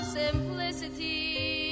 simplicity